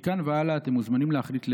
מכאן והלאה אתם מוזמנים להחליט לבד,